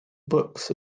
books